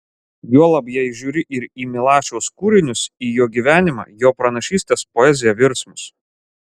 juolab jei žiūri ir į milašiaus kūrinius į jo gyvenimą jo pranašystes poeziją virsmus